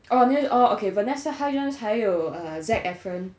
oh um oh vanessa hudgens 还有 zac efron